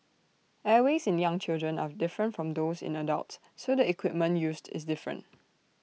airways in young children are different from those in adults so the equipment used is different